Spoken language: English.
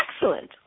Excellent